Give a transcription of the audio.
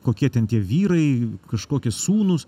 kokie ten tie vyrai kažkokie sūnūs